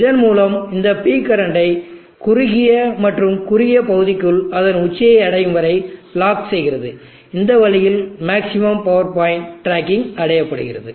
இதன் மூலம் இந்த P கரண்டை குறுகிய மற்றும் குறுகிய பகுதிக்குள் அதன் உச்சியை அடையும் வரை லாக் செய்கிறதுஇந்த வழியில் மேக்ஸிமம் பவர் பாயின்ட் டிரேக்கிங் அடையப்படுகிறது